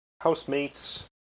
housemates